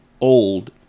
old